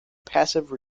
passive